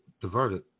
diverted